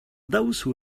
those